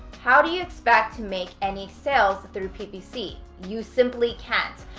how do you expect to make any sales through ppc? you simply can't.